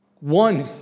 one